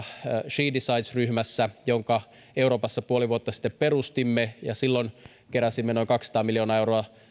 she decides ryhmässä jonka euroopassa puoli vuotta sitten perustimme ja silloin keräsimme noin kaksisataa miljoonaa euroa